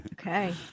Okay